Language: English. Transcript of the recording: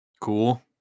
Cool